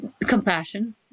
Compassion